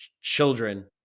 children